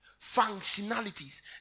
functionalities